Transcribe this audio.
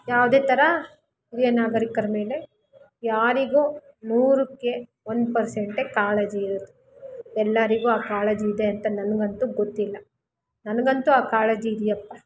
ಯಾವುದೇ ಥರ ಹಿರಿಯ ನಾಗರೀಕ್ರ ಮೇಲೆ ಯಾರಿಗೂ ನೂರಕ್ಕೆ ಒಂದು ಪರ್ಸೆಂಟೆ ಕಾಳಜಿ ಇರೋದು ಎಲ್ಲರಿಗೂ ಆ ಕಾಳಜಿ ಇದೆ ಅಂತ ನನಗಂತೂ ಗೊತ್ತಿಲ್ಲ ನನಗಂತೂ ಆ ಕಾಳಜಿ ಇದೆಯಪ್ಪ